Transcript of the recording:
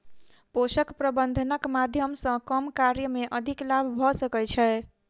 पोषक प्रबंधनक माध्यम सॅ कम कार्य मे अधिक लाभ भ सकै छै